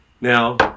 Now